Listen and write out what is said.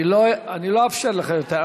אני לא אאפשר לך יותר.